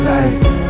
life